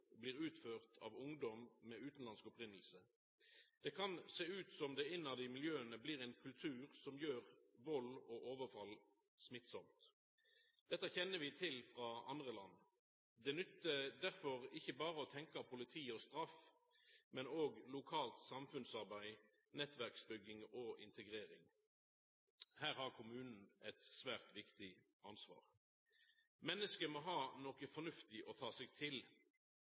blir utført av ungdommar med utanlandsk opphav. Det kan sjå ut som om det innetter i miljøa blir ein kultur som gjer vald og overfall «smittsamt». Dette kjenner vi til frå andre land. Det nyttar derfor ikkje berre å tenkja politi og straff, men òg lokalt samfunnsarbeid, nettverksbygging og integrering. Her har kommunen eit svært viktig ansvar. Menneske må ha noko fornuftig å ta seg til,